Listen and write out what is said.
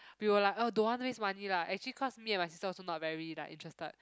we were like oh don't want waste money lah actually cause me and my sister also not very like interested